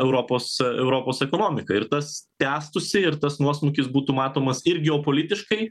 europos europos ekonomiką ir tas tęstųsi ir tas nuosmukis būtų matomas ir geopolitiškai